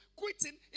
quitting